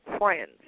friends